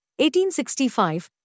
1865